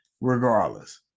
Regardless